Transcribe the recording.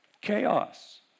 chaos